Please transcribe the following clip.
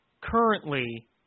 currently